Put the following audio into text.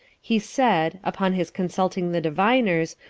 he said, upon his consulting the diviners,